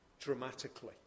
dramatically